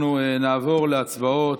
אנחנו נעבור להצבעות.